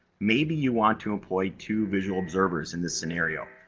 maybe, you want to employ two visual observers in this scenario.